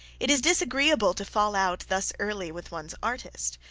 it is disagreeable to fall out thus early with one's artist,